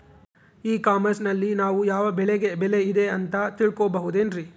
E commerce ನಲ್ಲಿ ನಾವು ಯಾವ ಬೆಳೆಗೆ ಬೆಲೆ ಇದೆ ಅಂತ ತಿಳ್ಕೋ ಬಹುದೇನ್ರಿ?